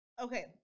Okay